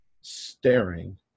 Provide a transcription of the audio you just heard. staring